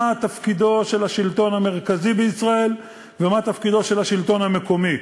תפקידו של השלטון המרכזי בישראל ומה תפקידו של השלטון המקומי.